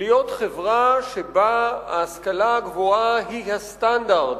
להיות חברה שבה ההשכלה הגבוהה היא הסטנדרט,